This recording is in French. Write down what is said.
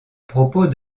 propos